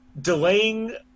Delaying